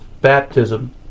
baptism